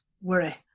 worry